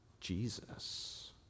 Jesus